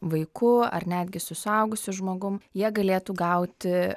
vaiku ar netgi su suaugusiu žmogum jie galėtų gauti